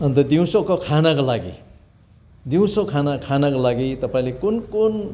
अन्त दिउँसोको खानाको लागि दिउँसो खाना खानको लागि तपाईँले कुन कुन